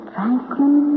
Franklin